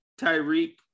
Tyreek